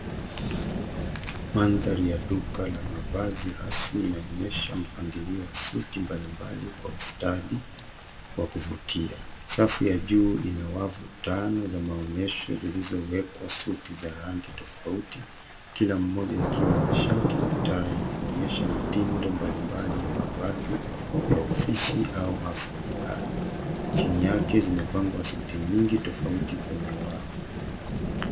Mandhari ya duka la mavazi rasmi inaonyesha mpangilio wa suti mbalimbali Kwa ustadi wa kuvutia. Safu ya juu ina wavu tano za maonyesho zilizowekwa suti za rangi tofauti kila moja ikiwa na shati na tai kuonyesha mitindo mbalimbali ya ofisi au hafla fulani. Chini yake zimepangwa suti nyingi tofauti kwenye wavu.